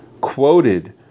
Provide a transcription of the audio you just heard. quoted